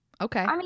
Okay